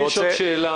לי יש עוד שאלה,